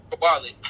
wallet